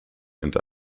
and